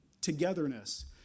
togetherness